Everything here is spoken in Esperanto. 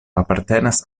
apartenas